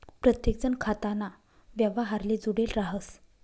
प्रत्येकजण खाताना व्यवहारले जुडेल राहस